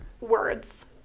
words